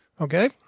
okay